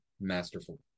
masterful